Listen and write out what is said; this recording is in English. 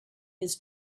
his